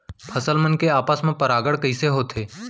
फसल मन के आपस मा परागण कइसे होथे?